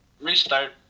restart